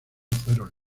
fueron